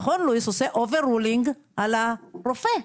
ומכון לואיס עושה overruling על הרופא: